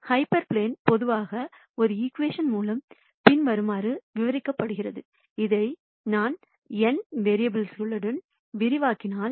hyper plane பொதுவாக ஒரு equation மூலம் பின்வருமாறு விவரிக்கப்படுகிறது இதை நான் n மாறிகளுக்கு விரிவாக்கினால்